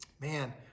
man